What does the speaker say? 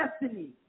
destiny